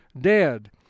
dead